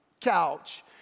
couch